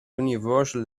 universal